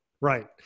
right